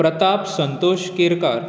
Pratap Santosh Kerkar